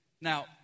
Now